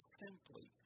simply